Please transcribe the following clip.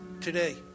today